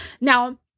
Now